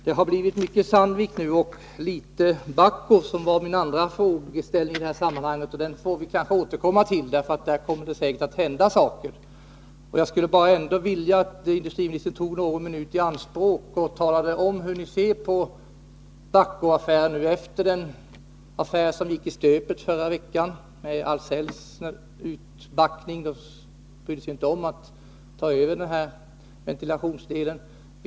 Det har nu talats mycket om Sandvik och litet om Bahco, det andra företag som min interpellation handlade om. Vi får kanske återkomma till Bahco, eftersom det säkerligen kommer att hända saker där. Jag skulle bara vilja att industriministern tog någon minut i anspråk och talade om hur ni nu — efter det att Ahlsellaffären förra veckan gick i stöpet då Ahlsell backade ur och inte brydde sig om att ta över ventilationsdelen —ser på Bahcos framtid.